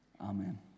Amen